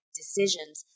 decisions